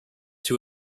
two